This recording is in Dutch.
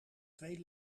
twee